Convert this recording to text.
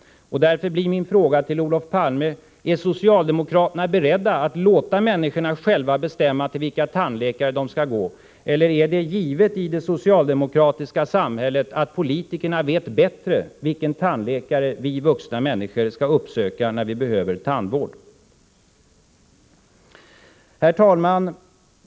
Därför blir min fråga till Olof Palme: Är socialdemokraterna beredda att låta människorna själva bestämma till vilken tandläkare de skall gå, eller är det givet i det socialdemokratiska samhället att politikerna vet bättre vilken tandläkare vi vuxna människor skall uppsöka när vi behöver tandvård? Herr talman!